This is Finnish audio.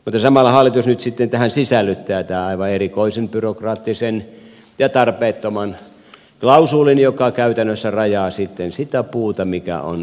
mutta samalla hallitus nyt tähän sisällyttää tämän aivan erikoisen byrokraattisen ja tarpeettoman klausuulin joka käytännössä rajaa sitten sitä mikä on energiatukikelpoista puuta